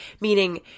meaning